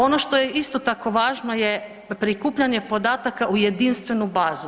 Ono što je isto tako važno je prikupljanje podataka u jedinstvenu bazu.